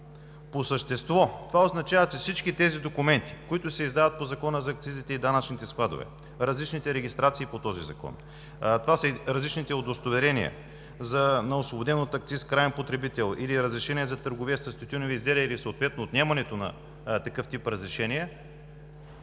По същество това означава, че всички тези документи, които се издават по Закона за акцизите и данъчните складове, различните регистрации по този закон – различните удостоверения на освободен от акциз краен потребител или разрешение за търговия с тютюневи изделия или съответно отнемането на такъв тип разрешения,